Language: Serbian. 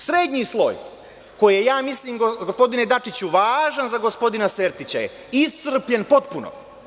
Srednji sloj koji je, ja mislim gospodine Dačiću, važan za gospodina Sertića je iscrpljen potpuno.